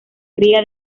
cría